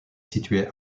située